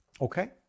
Okay